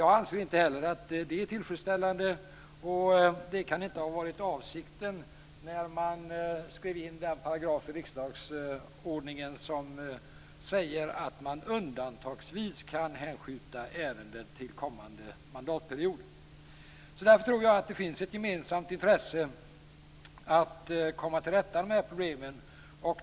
Jag anser inte heller att det är tillfredsställande, och det kan inte har varit avsikten när man skrev in den paragraf i riksdagsordningen som säger att man undantagsvis kan hänskjuta ärenden till kommande mandatperiod. Därför tror jag att det finns ett gemensamt intresse att komma till rätta med problemen.